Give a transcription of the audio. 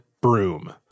broom